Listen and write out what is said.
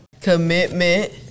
commitment